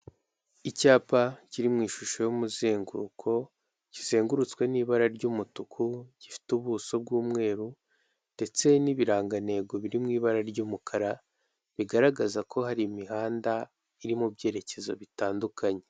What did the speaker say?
Icyapa kiri mu ishusho y'umuzenguruko kizengurutswe n'ibara ry'umutuku gifite ubuso bw'umweru ndetse n'ibirangantego biri mu ibara ry'umukara bigaragaza ko hari imihanda iri mu byerekezo bitandukanye.